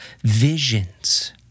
visions